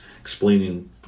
explaining